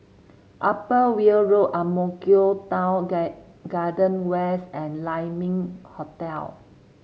Upper Weld Road Ang Mo Kio Town Garden West and Lai Ming Hotel